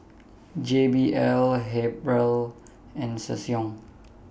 J B L Habhal and Ssangyong